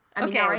Okay